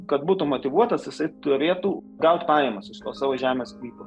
kad būtų motyvuotas jisai turėtų gauti pajamas iš nuosavos žemės sklypo